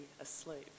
asleep